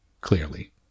clearly